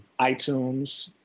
itunes